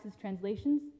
translations